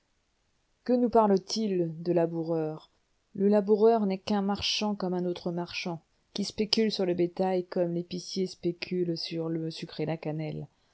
que nous parlent-ils de laboureurs le laboureur n'est qu'un marchand comme un autre marchand qui spécule sur le bétail comme l'épicier spécule sur le sucre et la cannelle